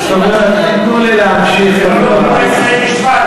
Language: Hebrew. תנו לי להמשיך, רבותי.